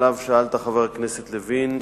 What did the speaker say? שעליו שאלת, חבר הכנסת לוין,